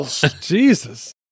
Jesus